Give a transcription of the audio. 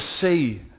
see